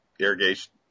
irrigation